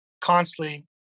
constantly